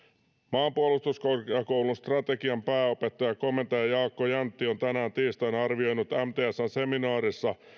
maanpuolustuskorkeakoulun strategian pääopettaja komentaja jaakko jäntti on tänään tiistaina arvioinut mtsn seminaarissa